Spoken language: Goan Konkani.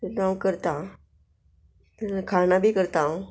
आनी हांव करतां खाणां बी करतां हांव